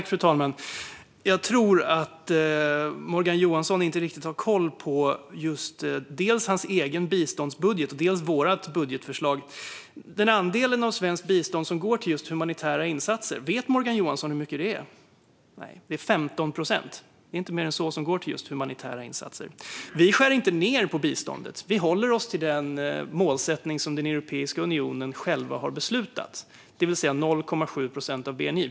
Fru talman! Jag tror att Morgan Johansson inte riktigt har koll på dels hans egen biståndsbudget, dels vårt budgetförslag. Vet Morgan Johansson hur stor andel av svenskt bistånd som går till just humanitära insatser? Nej. Det är 15 procent. Det är inte mer än så som går till humanitära insatser. Sverigedemokraterna skär inte ned på biståndet. Vi håller oss till det mål som Europeiska unionen själv har beslutat, det vill säga 0,7 procent av bni.